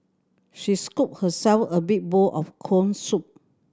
she scooped herself a big bowl of corn soup